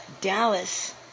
Dallas